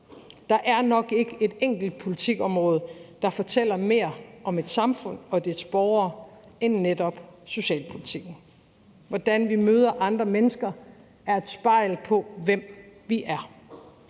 Der er nok ikke et enkelt politikområde, der fortæller mere om et samfund og dets borgere end netop socialpolitikken. Hvordan vi møder andre mennesker, er et spejl af, hvem vi er.